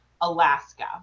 alaska